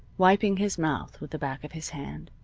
wiping his mouth with the back of his hand,